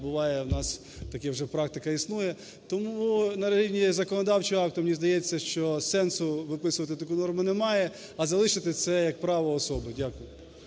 буває у нас, така вже практика існує. Тому на рівні законодавчого акту, мені здається, що сенсу виписувати таку норму немає, а залишити це як право особи. Дякую.